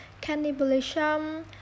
cannibalism